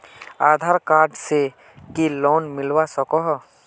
आधार card से की loan मिलवा सकोहो?